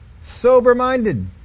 Sober-minded